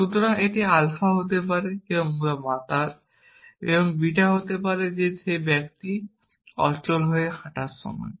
সুতরাং এটি আলফা হতে পারে যে কেউ মাতাল এবং বিটা মানে দাঁড়ায় ব্যক্তি অচল হয়ে হাঁটার সময়